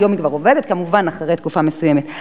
היום היא כבר עובדת, כמובן, אחרי תקופה מסוימת.